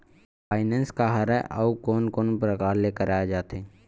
Finance का हरय आऊ कोन कोन प्रकार ले कराये जाथे?